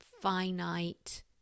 finite